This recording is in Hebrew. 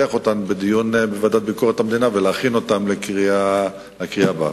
אותן בדיון בוועדת ביקורת המדינה ולהכין אותן לקריאה הבאה.